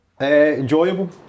Enjoyable